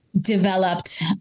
developed